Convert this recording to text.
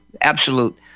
absolute